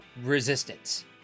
resistance